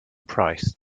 price